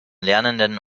lernenden